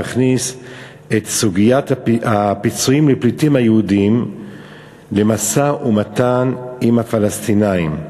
להכניס את סוגיית הפיצויים לפליטים היהודים למשא-ומתן עם הפלסטינים.